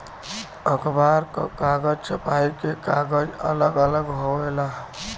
अखबार क कागज, छपाई क कागज अलग अलग होवेला